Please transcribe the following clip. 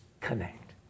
connect